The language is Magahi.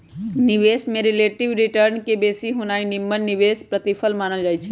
निवेश में रिलेटिव रिटर्न के बेशी होनाइ निम्मन निवेश प्रतिफल मानल जाइ छइ